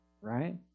right